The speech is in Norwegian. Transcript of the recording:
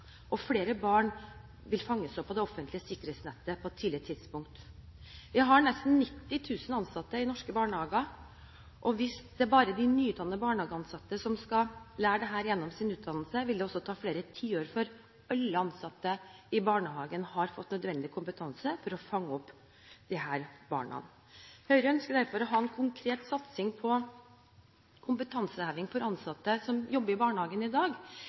og flere barn vil fanges opp av det offentlige sikkerhetsnettet på et tidlig tidspunkt. Vi har nesten 90 000 ansatte i norske barnehager, og hvis det er bare de nyutdannede barnehageansatte som har lært dette gjennom sin utdannelse, vil det ta flere tiår før alle ansatte i barnehagene har fått nødvendig kompetanse for å fange opp disse barna. Høyre ønsker derfor å ha en konkret satsing på kompetanseheving innenfor volds- og overgrepsutsatte barn for ansatte som jobber i barnehagene i dag.